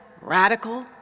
radical